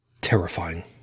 terrifying